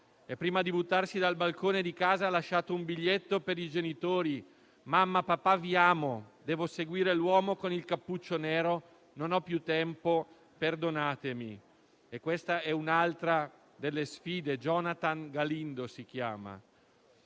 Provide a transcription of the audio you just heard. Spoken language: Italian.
e, prima di buttarsi dal balcone di casa, ha lasciato un biglietto per i genitori: «Mamma, papà, vi amo. Devo seguire l'uomo con il cappuccio nero. Non ho più tempo. Perdonatemi»: la sfida in questo caso era *Jonathan Galindo*.